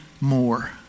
more